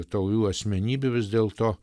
tau jų asmenybių vis dėlto